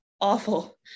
awful